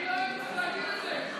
גפני, אני לא הייתי צריך להגיד את זה.